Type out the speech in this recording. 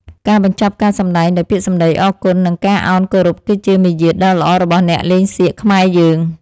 ការបញ្ចប់ការសម្តែងដោយពាក្យសម្តីអរគុណ និង ការឱនគោរពគឺជាមារយាទដ៏ល្អរបស់អ្នកលេងសៀកខ្មែរយើង។